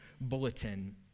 bulletin